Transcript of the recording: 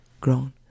grown